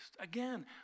Again